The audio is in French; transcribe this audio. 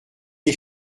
des